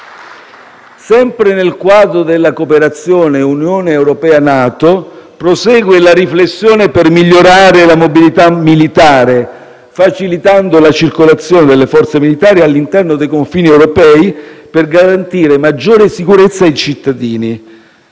Sempre nel quadro della cooperazione tra Unione europea e NATO, prosegue la riflessione per migliorare la mobilità militare, facilitando la circolazione delle forze militari all'interno dei confini europei per garantire maggiore sicurezza ai cittadini.